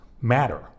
matter